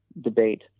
debate